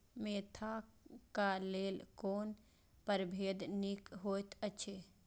Mentha क लेल कोन परभेद निक होयत अछि?